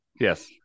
Yes